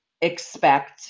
expect